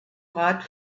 rat